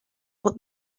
put